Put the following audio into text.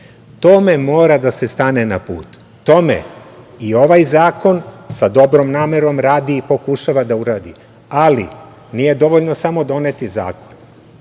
tome mora da se stane na put. Tome i ovaj zakon sa dobrom namerom radi i pokušava da uradi, ali nije dobro samo doneti taj zakon.